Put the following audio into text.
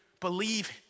believe